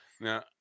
Now